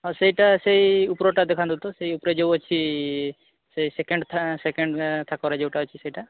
ହଁ ସେଇଟା ସେଇ ଉପରଟା ଦେଖାନ୍ତୁ ତ ସେଇ ଉପରେ ଯେଉଁ ଅଛି ସେଇ ସେକେଣ୍ଡ୍ ଥାକ ସେକେଣ୍ଡ୍ ଥାକରେ ଯେଉଁଟା ଅଛି ସେଇଟା